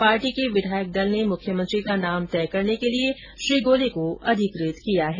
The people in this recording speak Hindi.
पार्टी के विधायक दल ने मुख्यमंत्री का नाम तय करने के लिए श्री गोले को अधिकृत किया है